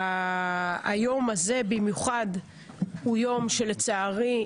אני חושבת שביום כזה שבו מאות אלפי ישראלים